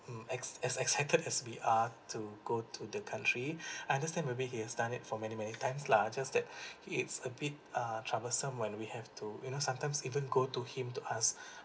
mm as as excited as we are to go to the country understand maybe he has done it for many many times lah just that it's a bit uh troublesome when we have to you know sometimes even go to him to ask